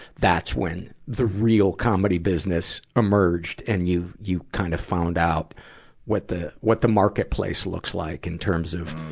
that's when the real comedy business emerged, and you, you kind of found out what the, what the marketplace looks like, in terms of,